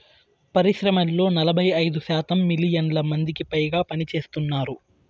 పరిశ్రమల్లో నలభై ఐదు శాతం మిలియన్ల మందికిపైగా పనిచేస్తున్నారు